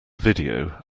video